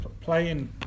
Playing